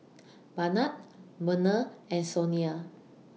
Barnard Merna and Sonia